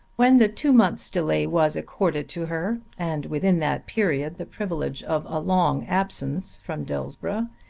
when the two months' delay was accorded to her, and within that period the privilege of a long absence from dillsborough,